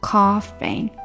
Coughing